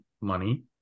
money